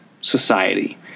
society